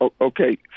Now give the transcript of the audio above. Okay